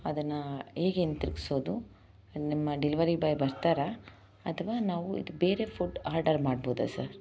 ಅದನ್ನು ಹೇಗೆ ಹಿಂತಿರ್ಗ್ಸೋದು ನಿಮ್ಮ ಡೆಲಿವರಿ ಬಾಯ್ ಬರ್ತಾರ ಅಥವಾ ನಾವು ಇದು ಬೇರೆ ಫುಡ್ ಆರ್ಡರ್ ಮಾಡ್ಬೋದಾ ಸರ್